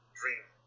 dream